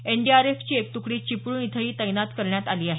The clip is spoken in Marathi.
एनडीआरएफची एक तुकडी चिपळूण इथंही तैनात करण्यात आली आहे